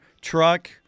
truck